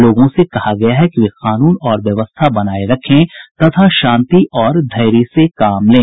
लोगों से कहा गया है कि वे कानून और व्यवस्था बनाये रखें तथा शान्ति और धैर्य से काम लें